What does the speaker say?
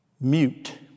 mute